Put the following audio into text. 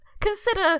consider-